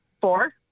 Four